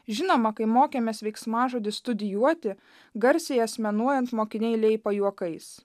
žinoma kai mokėmės veiksmažodį studijuoti garsiai asmenuojant mokiniai leipo juokais